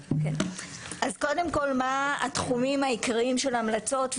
קודם כל מה התחומים העיקריים של ההמלצות?